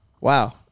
wow